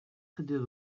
gedeeld